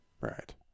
Right